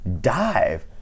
dive